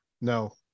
No